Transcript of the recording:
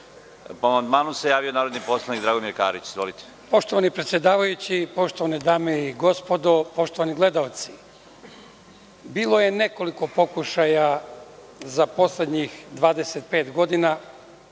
amandmanu se javio narodni poslanik Dragomir Karić. Izvolite. **Dragomir Karić** Poštovani predsedavajući, poštovane dame i gospodo, poštovani gledaoci, bilo je nekoliko pokušaja za poslednjih 25 godina